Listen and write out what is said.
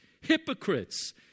hypocrites